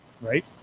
right